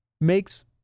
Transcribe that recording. makes